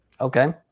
Okay